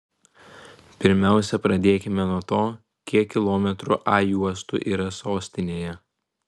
pirmiausia pradėkime nuo to kiek kilometrų a juostų yra sostinėje